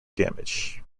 damage